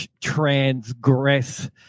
transgress